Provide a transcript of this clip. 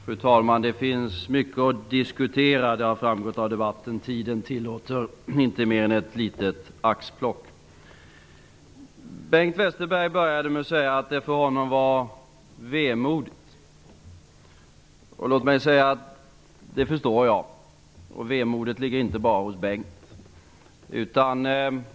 Fru talman! Det har framgått av debatten att det finns mycket att diskutera. Tiden tillåter inte mer än ett litet axplock. Bengt Westerberg började med att säga att han kände ett vemod. Låt mig säga att jag förstår det. Vemodet ligger inte bara hos Bengt Westerberg.